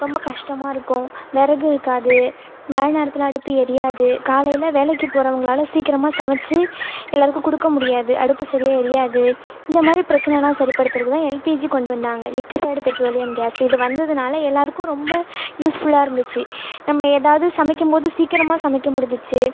ரொம்ப கஷ்டமாக இருக்கும் விறகு இருக்காது மழை நேரத்தில் அடுப்பு எரியாது காலையில் வேலைக்கு போகிறவங்களால சீக்கிரமாக சமைச்சு எல்லோருக்கும் கொடுக்க முடியாது அடுப்பு சரியாக எரியாது இந்த மாதிரி பிரச்சனைன்னா சரிப்படுத்துறத்துக்கு தான் எல்பிஜி கொண்டு வந்தாங்க லிக்கிஃபைடு பெட்ரோலியம் கேஸு இது வந்ததுனால் எல்லோருக்கும் ரொம்ப யூஸ்ஃபுல்லாக இருந்துச்சு நம்ம எதாவது சமைக்கும் போது சீக்கரமாக சமைக்க முடிஞ்சிச்சு